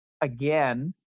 again